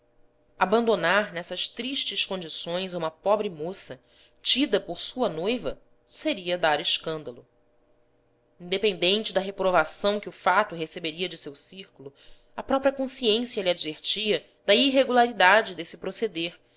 abandonar nessas tristes condições uma pobre moça tida por sua noiva seria dar escândalo independente da reprovação que o fato receberia de seu círculo a própria consciência lhe advertia da irregularidade desse proceder